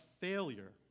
failure